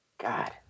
God